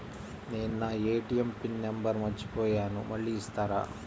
నేను నా ATM pin number మర్చిపోయాను మళ్ళీ ఇస్తారా?